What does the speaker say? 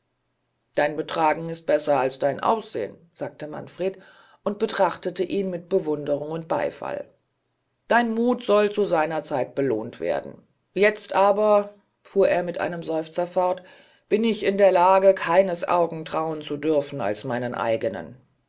dein betragen ist besser als dein ansehn sagte manfred und betrachtete ihn mit bewunderung und beifall dein muth soll zu seiner zeit belohnt werden jetzt aber fuhr er mit einem seufzer fort bin ich in der lage keines augen trauen zu dürfen als meinen eignen